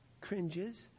cringes